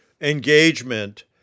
engagement